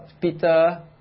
Peter